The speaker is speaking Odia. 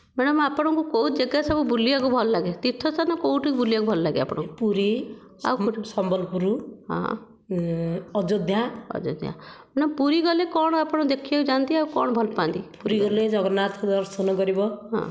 ମାଡମ୍ ଆପଣଙ୍କୁ କେଉଁ ଜଗା ସବୁ ବୁଲିବାକୁ ଭଲ ଲାଗେ ତୀର୍ଥସ୍ଥାନ କେଉଁଠିକି ବୁଲିବାକୁ ଭଲ ଲାଗେ ଆପଣଙ୍କୁ ପୁରୀ ଆଉ କେଉଁଠି ସମ୍ବଲପୁରୁ ଅଯୋଧ୍ୟା ଅଯୋଧ୍ୟା ପୁରୀ ଗଲେ କ'ଣ ଆପଣ ଦେଖିବାକୁ ଯାଆନ୍ତି ଆଉ କ'ଣ ଭଲ ପାଆନ୍ତି ପୁରୀ ଗଲେ ଜଗନ୍ନାଥ ଦର୍ଶନ କରିବ